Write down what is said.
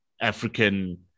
African